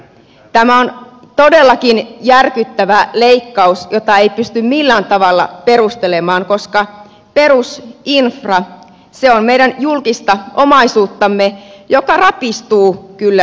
tämä on todellakin järkyttävä leikkaus jota ei pysty millään tavalla perustelemaan koska perusinfra on meidän julkista omaisuuttamme joka rapistuu kyllä silmissä